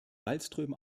wallström